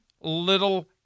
little